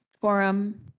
forum